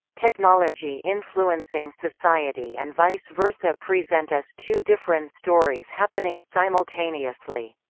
technology influencing society and vice versa present us two different stories happening simultaneously.